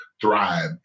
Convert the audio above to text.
thrive